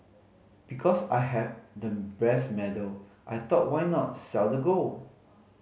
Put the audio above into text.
because I had the brass medal I thought why not sell the gold